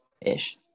ish